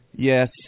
Yes